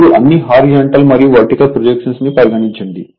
ఇప్పుడు అన్ని హారిజాంటల్ మరియు వర్టికల్ ప్రొజెక్షన్ ని పరిగణించండి